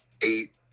eight